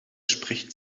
spricht